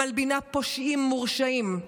מלבינה פושעים מורשעים.